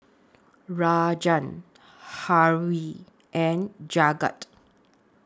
Rajan Hri and Jagat